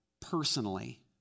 personally